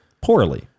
poorly